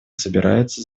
собирается